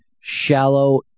shallow